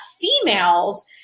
females